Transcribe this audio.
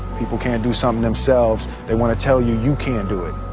people can't do some themselves, they wanna tell you you can't do it